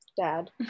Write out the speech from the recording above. dad